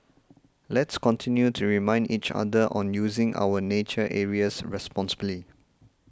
let's continue to remind each other on using our nature areas responsibly